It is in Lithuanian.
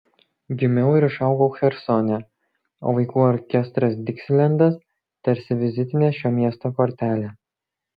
gimiau ir išaugau chersone o vaikų orkestras diksilendas tarsi vizitinė šio miesto kortelė